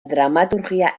dramaturgia